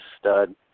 stud